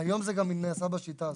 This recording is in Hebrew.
והיום זה נעשה גם בשיטה הזאת.